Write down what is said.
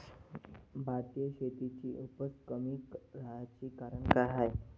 भारतीय शेतीची उपज कमी राहाची कारन का हाय?